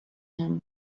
him